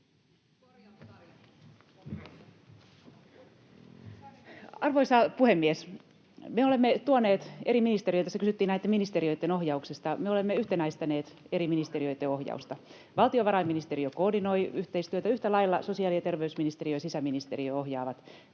Arvoisa puhemies! Tässä kysyttiin näitten ministeriöitten ohjauksesta. Me olemme yhtenäistäneet eri ministeriöitten ohjausta. Valtiovarainministeriö koordinoi yhteistyötä, ja yhtä lailla sosiaali- ja terveysministeriö ja sisäministeriö myöskin ohjaavat